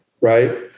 right